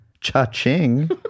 Cha-ching